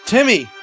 Timmy